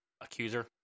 accuser